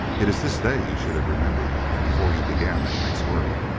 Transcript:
it is this day you should have remembered before you began that night's work.